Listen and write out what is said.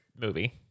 movie